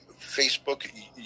Facebook